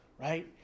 right